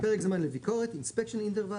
פרקי זמן לביקורת (Inspection interval)